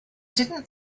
didn’t